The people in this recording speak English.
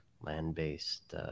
land-based